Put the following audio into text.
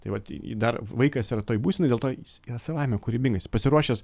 tai vat į dar vaikas yra toj būsenoj dėl to jis yra savaime kūrybingas jis pasiruošęs